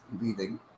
leaving